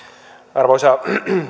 arvoisa